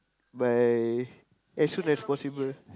by as soon as possible